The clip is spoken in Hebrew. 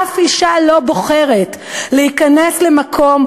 אף אישה לא בוחרת להיכנס למקום,